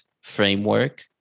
framework